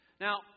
Now